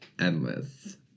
endless